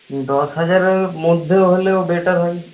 দশ হাজারের মধ্যে হলেও বেটার হয়